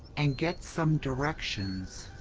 and get some directions.